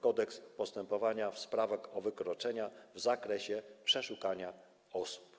Kodeks postępowania w sprawach o wykroczenia w zakresie przeszukania osób.